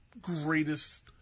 greatest